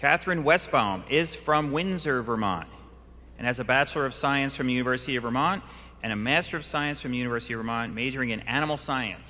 catherine west from windsor vermont and has a bachelor of science from university of vermont and a master of science from university ramond majoring in animal science